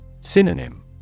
Synonym